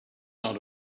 not